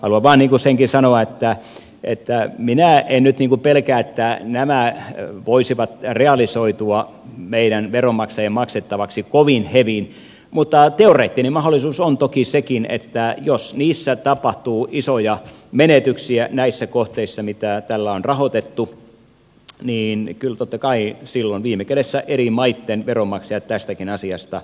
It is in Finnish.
haluan vain senkin sanoa että minä en nyt pelkää että nämä voisivat realisoitua meidän veronmaksajien maksettaviksi kovin hevin mutta teoreettinen mahdollisuus on toki sekin että jos tapahtuu isoja menetyksiä näissä kohteissa mitä tällä on rahoitettu niin kyllä totta kai silloin viime kädessä eri maitten veronmaksajat tästäkin asiasta vastaavat